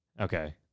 Okay